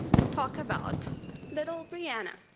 talk about little breanna,